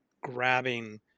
grabbing